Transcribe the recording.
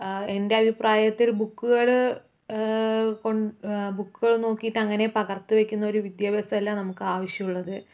എൻ്റെ അഭിപ്രായത്തിൽ ബുക്കുകള് കൊണ്ട് ബുക്ക് ബുക്കുകൾ നോക്കിയിട്ട് അങ്ങനെ പകർത്തി വയ്ക്കുന്ന ഒരു വിദ്യാഭ്യാസമല്ല നമുക്ക് ആവശ്യമുള്ളത്